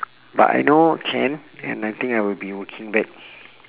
but I know can and I think I will be working back